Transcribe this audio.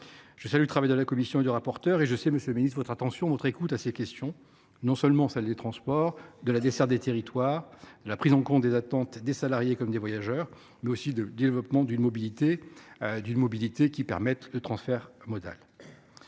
Je salue le travail de la commission et de M. le rapporteur. Je sais, monsieur le ministre, votre attention et votre écoute sur les questions de transports, de desserte des territoires, de prise en compte des attentes des salariés comme des voyageurs, mais aussi de développement d’une mobilité permettant le transfert modal.